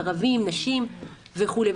ערבים נשים וכולי.